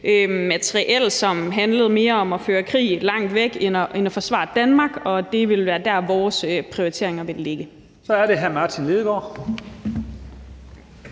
mere har handlet om at føre krig langt væk end at forsvare Danmark, og det vil være der, vores prioriteringer vil ligge. Kl. 17:41 Første næstformand